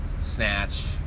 snatch